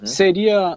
seria